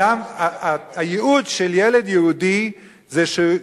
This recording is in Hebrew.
הייעוד של ילד יהודי זה שהוא,